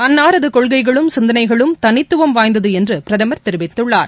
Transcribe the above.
அன்னாரது கொள்கைகளும் சிந்தனைகளும் தனித்துவம் வாய்ந்தது என்று பிரதமர் தெரிவித்துள்ளார்